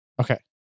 Okay